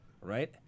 right